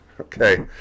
okay